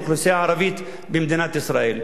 האוכלוסייה הערבית במדינת ישראל.